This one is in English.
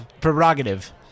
Prerogative